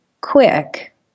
quick